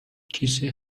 کیسه